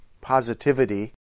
positivity